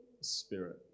spirit